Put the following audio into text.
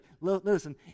listen